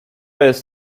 jest